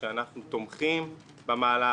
שאנחנו תומכים במהלך.